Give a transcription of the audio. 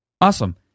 Awesome